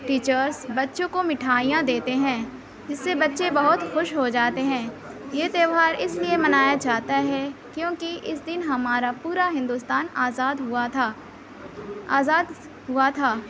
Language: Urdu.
ٹیچرس بچوں کو مٹھائیاں دیتے ہیں اس سے بچے بہت خوش ہو جاتے ہیں یہ تہوار اس لئے منایا جاتا ہے کیونکہ اس دن ہمارا پورا ہندوستان آزاد ہوا تھا آزاد ہوا تھا